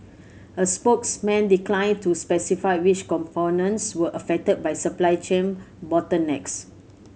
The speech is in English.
a spokesman declined to specify which components were affected by supply chain bottlenecks